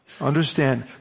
Understand